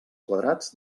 quadrats